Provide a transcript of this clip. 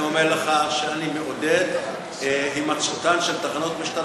אני אומר לך שאני מעודד את הימצאותן של תחנות משטרה